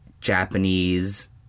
Japanese